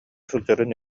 сылдьарын